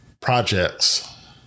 projects